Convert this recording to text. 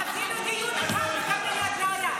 אפילו דיון אחד בקבינט לא היה.